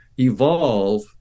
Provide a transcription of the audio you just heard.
evolve